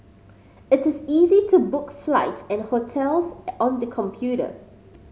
it is easy to book flight and hotels on the computer